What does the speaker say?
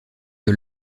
que